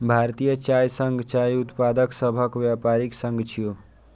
भारतीय चाय संघ चाय उत्पादक सभक व्यापारिक संघ छियै